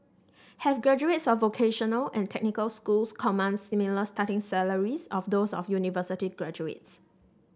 have graduates of vocational and technical schools command similar starting salaries of those of university graduates